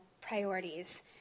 priorities